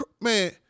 man